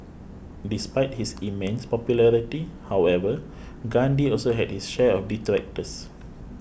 despite his immense popularity however Gandhi also had his share of detractors